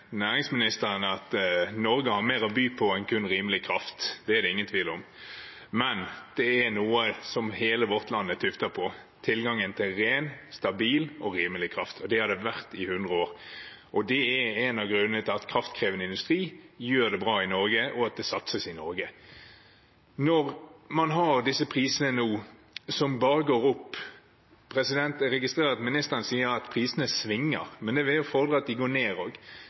næringsministeren i at Norge har mer å by på enn kun rimelig kraft, det er det ingen tvil om. Men tilgangen til ren, stabil og rimelig kraft er noe hele vårt land er tuftet på, og det har det vært i 100 år. Det er en av grunnene til at kraftkrevende industri gjør det bra i Norge, og at det satses i Norge. Nå har man disse prisene som bare går opp. Jeg registrerer at statsråden sier at prisene svinger, men det vil jo fordre at de går ned også. Nå har de vært vedvarende høye et halvt år og